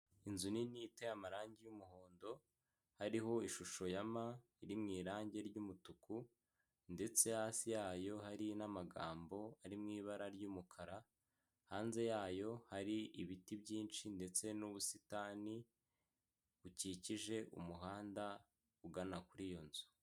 Inzu nini iteye amarangi y'umuhondo hariho ishusho ya m ,iri mu irangi ry'umutuku ndetse hasi yayo hari n'amagambo ari mu ibara ry'umukara, hanze yayo hari ibiti byinshi ndetse n'ubusitani bukikije umuhanda ugana kuri iyo nzu.